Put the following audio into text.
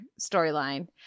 storyline